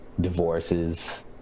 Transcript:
divorces